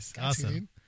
awesome